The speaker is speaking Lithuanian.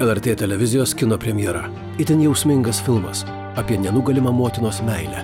lrt televizijos kino premjera itin jausmingas filmas apie nenugalima motinos meilę